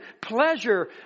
pleasure